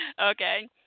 okay